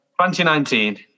2019